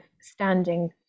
standing